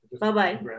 Bye-bye